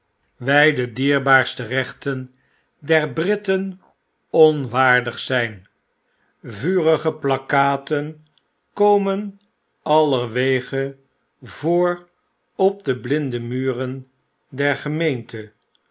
overdkukkek dierbaarste rechten der britten onwaardigzjjn vurige plakkaten komen allerwege voor op de blinde muren der